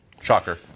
shocker